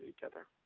together